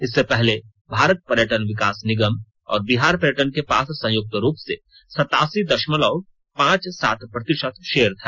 इससे पहले भारत पर्यटन विकास निगम और बिहार पर्यटन के पास संयुक्त रूप से सतासी दशमलव पांच सात प्रतिशत शेयर था